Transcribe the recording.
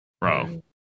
Bro